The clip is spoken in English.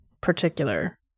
particular